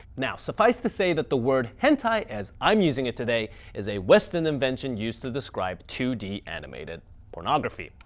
now, sufficed to say that the word hentai as i'm using it today is a western invention used to describe two d animated pornography.